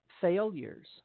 failures